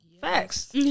Facts